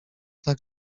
tak